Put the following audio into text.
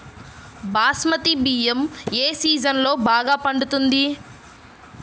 బాస్మతి బియ్యం ఏ సీజన్లో బాగా పండుతుంది?